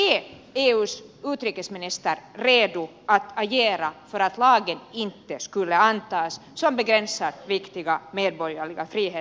är eus utrikesminister redo att agera för att lagen som begränsar viktiga medborgerliga friheter i ryssland inte skulle antas